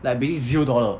like basically zero dollar